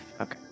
Okay